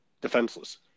defenseless